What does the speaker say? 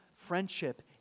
friendship